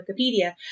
Wikipedia